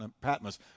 Patmos